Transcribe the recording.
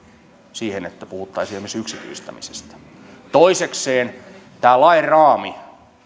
siihen että puhuttaisiin esimerkiksi yksityistämisestä toisekseen tämä lain raami